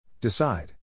Decide